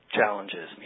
challenges